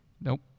Nope